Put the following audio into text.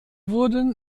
wurden